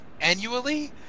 annually